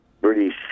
British